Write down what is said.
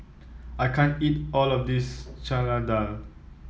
I can't eat all of this Chana Dal